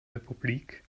republik